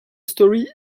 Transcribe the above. story